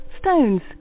stones